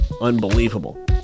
unbelievable